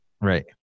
Right